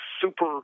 super